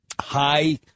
high